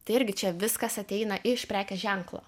tai irgi čia viskas ateina iš prekės ženklo